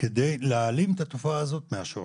כדי להעלים את התופעה הזאת מהשורש.